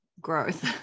growth